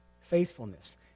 Faithfulness